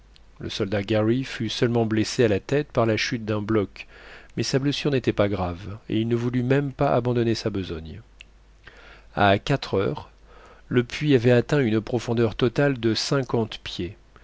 le soldat garry fut seulement blessé à la tête par la chute d'un bloc mais sa blessure n'était pas grave et il ne voulut même pas abandonner sa besogne à quatre heures le puits avait atteint une profondeur totale de cinquante pieds